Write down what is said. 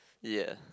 ya